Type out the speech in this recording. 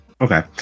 okay